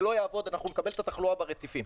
זה לא יעבוד, אנחנו נקבל את התחלואה ברציפים.